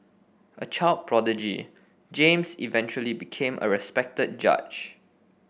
a child prodigy James eventually became a respected judge